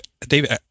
David